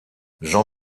jean